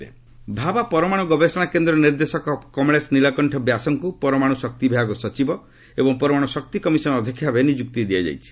DRDO appointment Bhabha ପରମାଣୁ ଗବେଷଣା କେନ୍ଦ୍ରର ନିର୍ଦ୍ଦେଶକ କମଳେଶ ନୀଳକଣ୍ଠ ବ୍ୟାସଙ୍କୁ ପରମାଣୁ ଶକ୍ତି ବିଭାଗ ସଚିବ ଏବଂ ପରମାଣ୍ର ଶକ୍ତି କମିଶନ ଅଧ୍ୟକ୍ଷଭାବେ ନିଯୁକ୍ତି ଦିଆଯାଇଛି